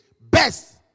best